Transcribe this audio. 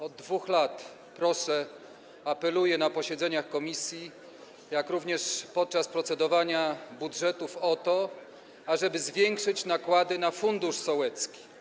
Od 2 lat proszę, apeluję na posiedzeniach komisji, jak również podczas procedowania nad budżetami o to, ażeby zwiększyć nakłady na fundusz sołecki.